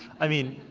i mean,